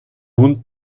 hund